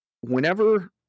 Whenever